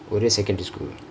ஒறே:ore secondary school